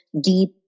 deep